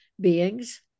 beings